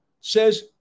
says